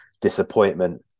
disappointment